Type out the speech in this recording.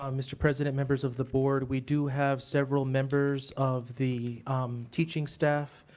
um mr. president, members of the board we do have several members of the teaching staff,